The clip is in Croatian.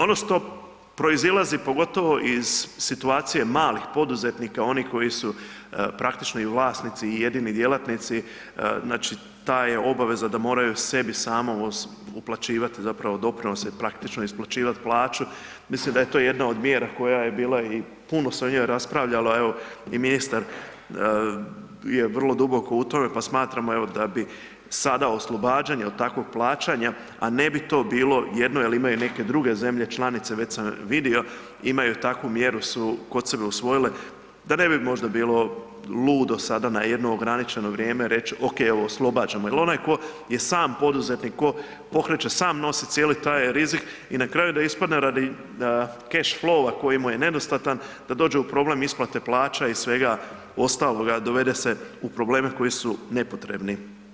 Ono što proizilazi pogotovo iz situacije malih poduzetnika onih koji su praktično i vlasnici i jedini djelatnici, znači ta je obaveza da moraju sebi sami uplaćivati zapravo doprinose i praktično isplaćivati plaću, mislim da je to jedna od mjera koja je bila i puno se o njoj raspravljalo, al evo i ministar je vrlo duboko u tome pa smatramo jel da bi sada oslobađanje od takvog plaćanja, a ne bi to bilo jedno jel imaju neke druge zemlje članice već sam vidio, imaju takvu mjeru su kod sebe usvojile da ne bi možda bilo ludo sada na jedno ograničeno vrijeme reč, ok evo oslobađamo jer onaj tko je sam poduzetnik, tko pokreće, sam nosi cijeli taj rizik i na kraju da ispadne radi keš lova koji mu je nedostatan da dođe u problem isplate plaća i svega ostaloga dovede se u probleme koji su nepotrebni.